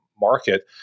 market